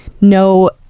no